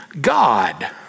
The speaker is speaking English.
God